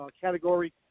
category